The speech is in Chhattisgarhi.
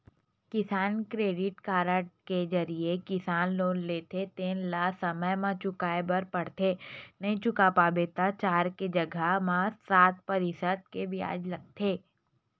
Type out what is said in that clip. किसान क्रेडिट कारड के जरिए किसान लोन लेथे तेन ल समे म चुकाए बर परथे नइ चुका पाबे त चार के जघा म सात परतिसत के बियाज लगथे